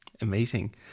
Amazing